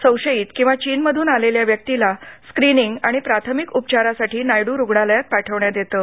संशयित किंवा चीनमधून आलेल्या व्यक्तीला स्क्रीनिंग आणि प्राथमिक उपचारासाठी नायडू रूग्णालयात पाठवण्यात येतं